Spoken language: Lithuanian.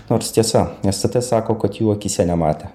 nors tiesa stt sako kad jų akyse nematė